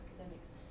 academics